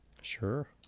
Sure